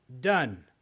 done